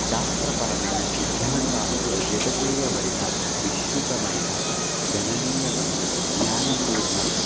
శాస్త్రపరమైన సిద్ధాంతాలతో జత చెయ్యబడిన విశృతమైన గణనీయమైన జ్ఞానపూర్ణ